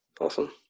Awesome